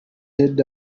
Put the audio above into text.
heard